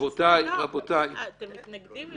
אה, אתם מתנגדים לזה.